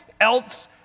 else